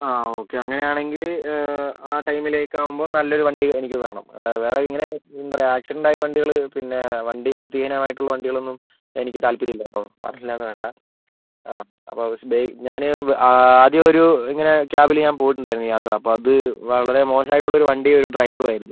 ആ ഓക്കെ അങ്ങനെ ആണെങ്കിൽ ആ ടൈമിലേക്ക് ആവുമ്പം നല്ലൊരു വണ്ടി എനിക്ക് വേണം അതായത് ഇങ്ങനെ എന്താണ് പറയുക ആക്സിഡൻറ്റ് ആയ വണ്ടികൾ പിന്നെ വണ്ടി വൃത്തിഹീനമായിട്ടുള്ള വണ്ടികൾ ഒന്നും എനിക്ക് താല്പര്യം ഇല്ല കേട്ടോ പറഞ്ഞില്ല എന്ന് വേണ്ട ആ അപ്പം ദേ ഞാൻ ആദ്യം ഒരു ഇങ്ങനെ ക്യാബിൽ ഞാൻ പോയിട്ടുണ്ടായിരുന്നു യാത്ര അപ്പം അത് വളരെ മോശമായിട്ട് ഉള്ള ഒരു വണ്ടിയും ഒരു ഡ്രൈവറും ആയിരുന്നു